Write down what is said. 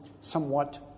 somewhat